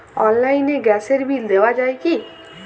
অনলাইনে গ্যাসের বিল দেওয়া যায় কি?